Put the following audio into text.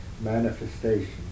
manifestation